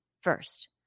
First